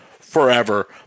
forever